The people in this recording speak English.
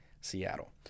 Seattle